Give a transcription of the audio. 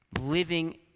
living